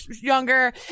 younger